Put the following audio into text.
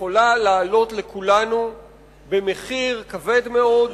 עלולה לעלות לכולנו במחיר כבד מאוד,